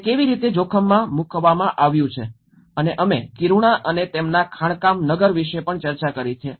તે કેવી રીતે જોખમમાં મૂકવામાં આવ્યું છે અને અમે કિરુણા અને તેમના ખાણકામ નગર વિશે પણ ચર્ચા કરી છે